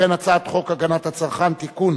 הצעת חוק הגנת הצרכן (תיקון,